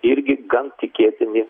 irgi gan tikėtini